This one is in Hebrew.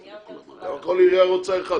זה נהיה יותר --- אבל כל עירייה רוצה אחד.